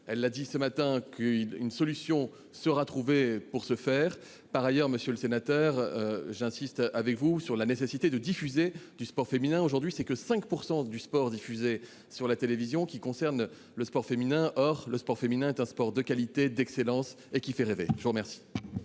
Elle l'a dit ce matin qu'une solution sera trouvée pour se faire par ailleurs, monsieur le sénateur. J'insiste avec vous sur la nécessité de diffuser du sport féminin aujourd'hui c'est que 5% du sport diffusé sur la télévision qui concerne le sport féminin. Or le sport féminin est un sport de qualité d'excellence et qui fait rêver. Je vous remercie.